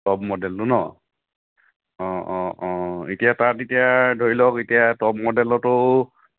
top মডেলটো ন অঁ অঁ অঁ এতিয়া তাত এতিয়া ধৰি লওক এতিয়া টপ মডেলতো